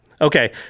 Okay